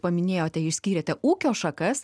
paminėjote išskyrėte ūkio šakas